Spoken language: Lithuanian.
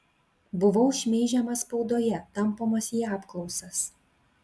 buvau šmeižiamas spaudoje tampomas į apklausas